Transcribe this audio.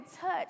touch